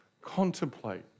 Contemplate